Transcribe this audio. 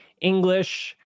English